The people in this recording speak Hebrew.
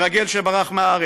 המרגל שברח מהארץ,